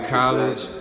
college